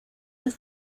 los